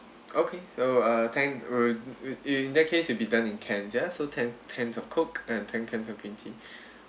okay so uh ten err in in that case it'll be done in cans ya so ten cans of coke and ten cans of green tea